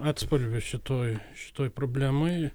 atspalvių šitoj šitoj problemoj